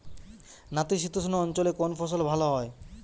নাতিশীতোষ্ণ অঞ্চলে কোন ফসল ভালো হয়?